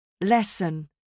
lesson